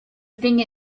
thing